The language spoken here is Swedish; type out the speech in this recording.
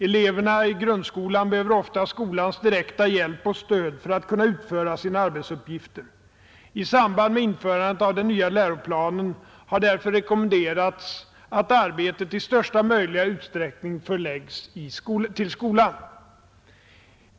Eleverna i grundskolan behöver ofta skolans direkta hjälp och stöd för att kunna utföra sina arbetsuppgifter. I samband med införandet av den nya läroplanen har därför rekommenderats att arbetet i största möjliga utsträckning förläggs till skolan.